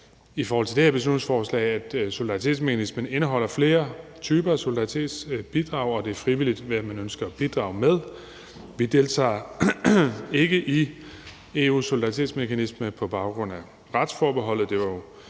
i forhold til det her beslutningsforslag, at solidaritetsmekanismen indeholder flere typer af solidaritetsbidrag, og at det er frivilligt, hvad man ønsker at bidrage med. Vi deltager ikke i EU's solidaritetsmekanisme på baggrund af retsforbeholdet.